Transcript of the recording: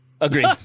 Agreed